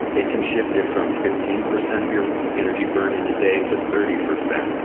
it can shift it from fifteen percent of your energy burned in a day to thirty percent.